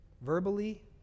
verbally